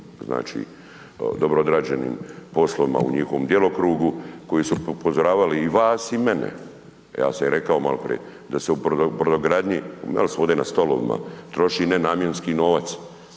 znači dobro odrađenim poslovima u njihovom djelokrugu koji su upozoravali i vas i mene. Ja sam im rekao maloprije da se u brodogradnji, imali smo ovdje na stolovima, troši nenamjenski novac.